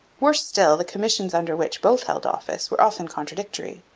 worse still, the commissions under which both held office were often contradictory.